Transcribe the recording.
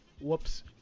Whoops